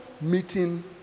meeting